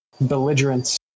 belligerence